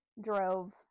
drove